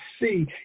see